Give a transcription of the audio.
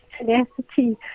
tenacity